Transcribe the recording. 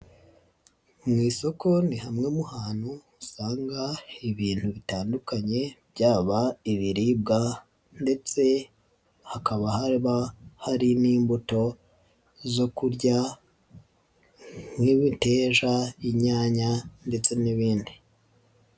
Mu isoko ni hamwe mu hantu usanga ibintu bitandukanye byaba ibiribwa ndetse hakaba haba hari n'imbuto zo kurya nk'ibiteja, inyanya ndetse n'ibindi.